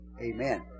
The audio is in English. Amen